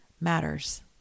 matters